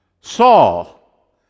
Saul